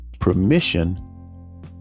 permission